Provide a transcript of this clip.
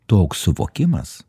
toks suvokimas